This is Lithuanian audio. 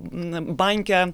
na banke